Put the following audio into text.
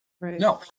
No